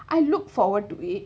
I look forward to it